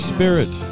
Spirit